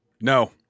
No